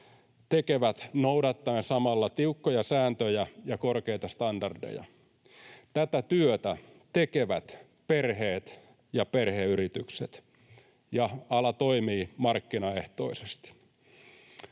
tekevät noudattaen samalla tiukkoja sääntöjä ja korkeita standardeja. Tätä työtä tekevät perheet ja perheyritykset, ja ala toimii markkinaehtoisesti.